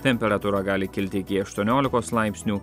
temperatūra gali kilti iki aštuoniolikos laipsnių